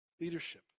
leadership